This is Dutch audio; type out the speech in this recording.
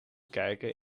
kijken